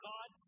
God